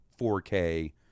4K